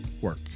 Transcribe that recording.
work